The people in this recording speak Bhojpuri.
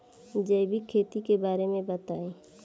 जैविक खेती के बारे में बताइ